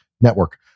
network